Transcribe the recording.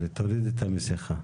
בבקשה.